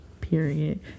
Period